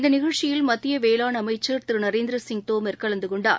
இந்தநிகழ்ச்சியில் மத்தியவேளாண் அமைச்சர் திரு நரேந்திரசிங் தோமர் கலந்துகொண்டார்